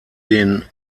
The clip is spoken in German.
den